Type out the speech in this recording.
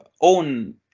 own